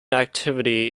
activity